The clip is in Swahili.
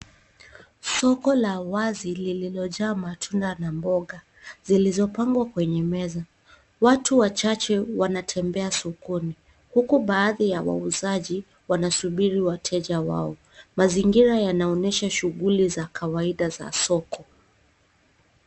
Soko la wazi lililo jaa matunda na mboga zilizo pangwa kwenye meza. Watu wachache wanatembea sokoni huku baadhi ya wauzaji wanasubili wateja wao. Mazingira yanaonyesha shughuli za kawaida za soko.